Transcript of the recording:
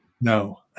No